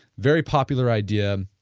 very popular idea,